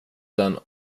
den